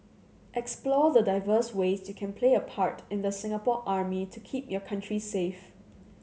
explore the diverse ways you can play a part in the Singapore Army to keep your country safe